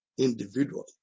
individual